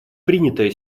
принятая